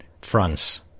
France